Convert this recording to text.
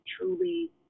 truly